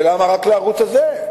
למה רק לערוץ הזה?